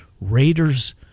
Raiders